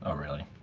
ah really?